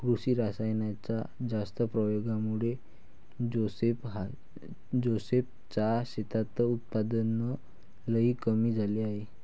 कृषी रासायनाच्या जास्त प्रयोगामुळे जोसेफ च्या शेतात उत्पादन लई कमी झाले आहे